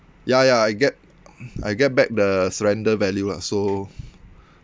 ya ya I get I get back the surrender value lah so